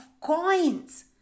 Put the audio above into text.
coins